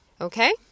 okay